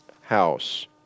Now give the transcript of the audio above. house